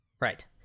Right